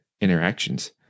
interactions